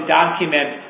document